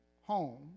home